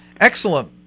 Excellent